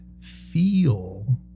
feel